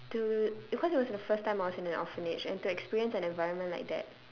to because it was the first time I was in an orphanage and to experience an environment like that